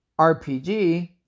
RPG